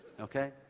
Okay